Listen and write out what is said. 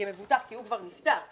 כי הוא כבר נפטר.